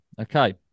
Okay